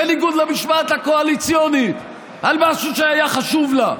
בניגוד למשמעת הקואליציונית על משהו שהיה חשוב לה?